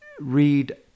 read